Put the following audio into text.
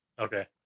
Okay